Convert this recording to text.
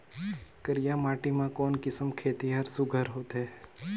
करिया माटी मा कोन किसम खेती हर सुघ्घर होथे?